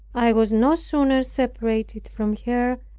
i was no sooner separated from her,